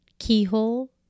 keyhole